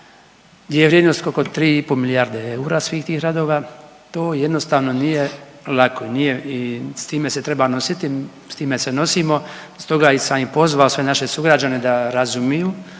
gdje je vrijednost oko 3,5 milijarde eura svih tih radova. To jednostavno nije lako, nije i s time se treba nositi, s time se nosimo stoga sam i pozvao sve naše sugrađane da razumiju